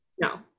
No